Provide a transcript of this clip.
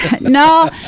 No